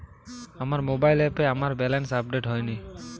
আমার মোবাইল অ্যাপে আমার ব্যালেন্স আপডেট হয়নি